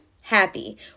happy